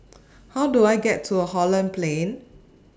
How Do I get to Holland Plain